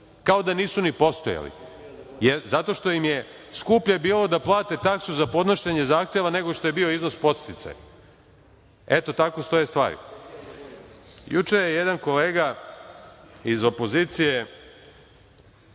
kao da nisu ni postojali, zato što im je skuplje bilo da plate taksu za podnošenje zahteva, nego što je bio iznos podsticaja. Eto tako stoje stvari. Juče je jedan kolega iz opozicije